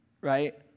right